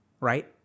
Right